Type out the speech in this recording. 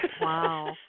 Wow